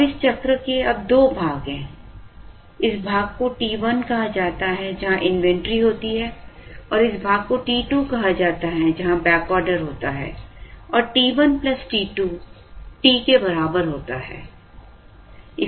अब इस चक्र के अब दो भाग हैं इस भाग को T 1 कहा जाता है जहाँ इन्वेंट्री होती है और इस भाग को T 2 कहा जाता है जहाँ बैक ऑर्डर होता है और T 1 plus T 2 T के बराबर होता है